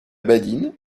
badine